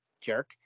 Jerk